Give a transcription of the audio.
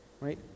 right